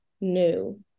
new